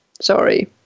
sorry